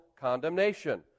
condemnation